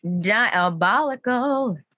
diabolical